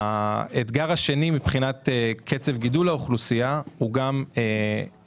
האתגר השני מבחינת קצב גידול האוכלוסייה הוא גם הרכבה.